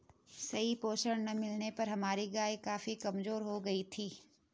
सही पोषण ना मिलने पर हमारी गाय काफी कमजोर हो गयी थी